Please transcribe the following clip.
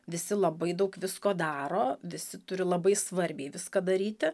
visi labai daug visko daro visi turi labai svarbiai viską daryti